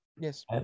Yes